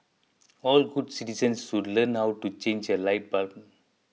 all good citizens should learn how to change a light bulb